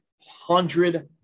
Hundred